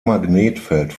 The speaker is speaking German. magnetfeld